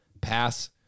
Pass